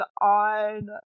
on